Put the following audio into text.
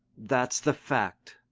that's the fact.